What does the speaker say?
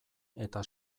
eta